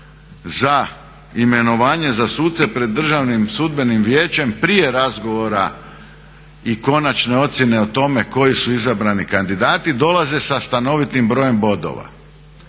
za imenovanje za suce pred Državnim sudbenim vijećem prije razgovora i konačne ocjene o tome koji su izabrani kandidati, dolaze sa stanovitim brojem bodova.